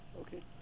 Okay